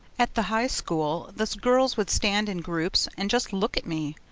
at the high school the girls would stand in groups and just look at me.